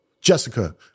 Jessica